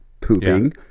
pooping